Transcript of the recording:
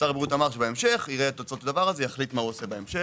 שר הבריאות אמר שיראה את תוצאות הדבר הזה ויחליט לגבי ההמשך,